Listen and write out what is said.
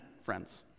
friends